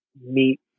meet